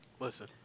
Listen